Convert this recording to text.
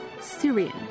Syrian